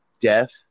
death